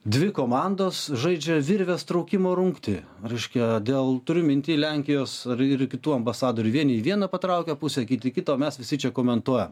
dvi komandos žaidžia virvės traukimo rungtį reiškia dėl turiu minty lenkijos ir ir kitų ambasadorių vieni į vieną patraukia pusę kiti į kitą o mes visi čia komentuojam